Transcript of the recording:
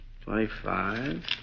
Twenty-five